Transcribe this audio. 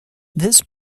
this